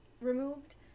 removed